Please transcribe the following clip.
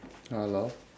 hello